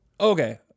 Okay